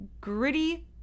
gritty